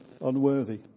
unworthy